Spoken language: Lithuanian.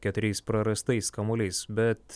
keturiais prarastais kamuoliais bet